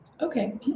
Okay